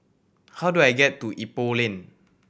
how do I get to Ipoh Lane